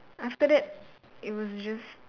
after that it was just